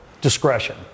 discretion